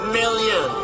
million